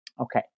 Okay